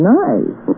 nice